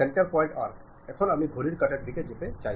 centre point arc এখন আমি ঘড়ির কাঁটার দিকে যেতে চাই